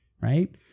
Right